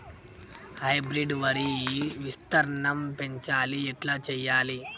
Hybrid వరి విస్తీర్ణం పెంచాలి ఎట్ల చెయ్యాలి?